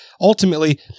ultimately